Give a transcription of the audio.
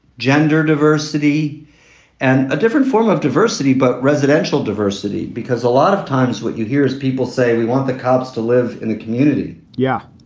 gender diversity and a different form of diversity. but residential diversity, because a lot of times what you hear is people say we want the cops to live in the community. yeah.